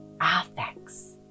affects